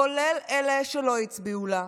כולל אלה שלא הצביעו לה,